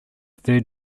third